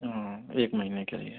हाँ एक महीने के लिए